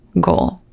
goal